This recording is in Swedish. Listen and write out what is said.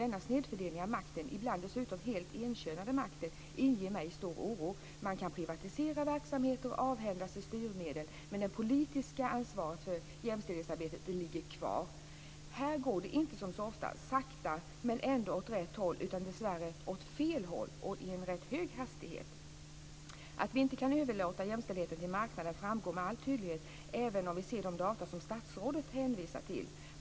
Denna snedfördelning av makt, ibland dessutom en helt enkönad makt, inger mig stor oro. Man kan privatisera verksamhet och avhända sig styrmedel. Men det politiska ansvaret för jämställdhetsarbetet ligger kvar. Här går det inte som så ofta sakta men ändå åt rätt håll utan dessvärre åt fel håll i en rätt hög hastighet. Att vi inte kan överlåta jämställdheten till marknaden framgår med all tydlighet, även om vi ser de data som statsrådet hänvisar till.